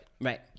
Right